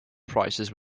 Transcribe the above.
prices